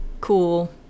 cool